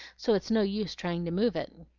so it's no use trying to move it.